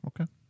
Okay